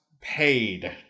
paid